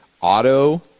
auto